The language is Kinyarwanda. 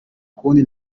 ukundi